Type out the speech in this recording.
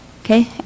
Okay